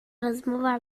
rozmowa